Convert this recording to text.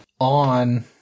on